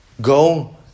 go